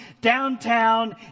downtown